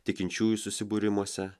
tikinčiųjų susibūrimuose